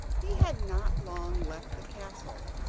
he had not long left the castle,